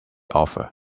offer